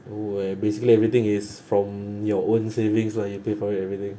!wah! basically everything is from your own savings lah you pay for it everything